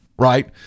Right